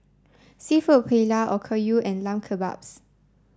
Seafood Paella Okayu and Lamb Kebabs